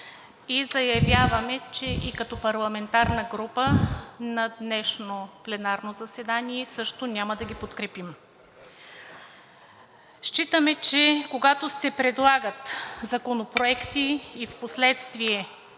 и заявяваме и че като парламентарна група на днешното пленарно заседание също няма да ги подкрепим. Считаме, че когато се предлагат законопроекти и впоследствие